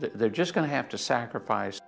that they're just going to have to sacrifice